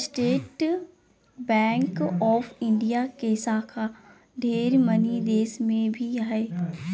state bank of India के शाखा ढेर मनी देश मे भी हय